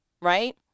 right